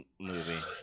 movie